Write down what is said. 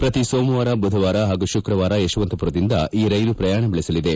ಪ್ರತಿ ಸೋಮವಾರ ಬುಧವಾರ ಹಾಗೂ ಶುಕ್ರವಾರ ಯಶವಂತಪುರದಿಂದ ಈ ರೈಲು ಪ್ರಯಾಣ ಬೆಳೆಸಲಿದೆ